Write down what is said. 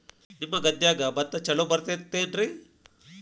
ನಿಮ್ಮ ಗದ್ಯಾಗ ಭತ್ತ ಛಲೋ ಬರ್ತೇತೇನ್ರಿ?